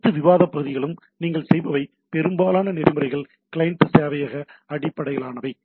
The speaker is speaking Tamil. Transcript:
அனைத்துப் விவாதம் பகுதிகளும் நீங்கள் செய்பவை பெரும்பாலான நெறிமுறைகள் கிளையன்ட் சேவையக அடிப்படையிலானவை